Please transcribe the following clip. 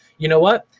you know what?